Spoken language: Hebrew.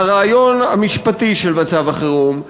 מהרעיון המשפטי של מצב החירום,